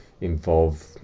involve